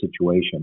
situation